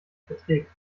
verträgt